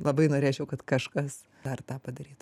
labai norėčiau kad kažkas dar tą padarytų